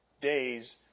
days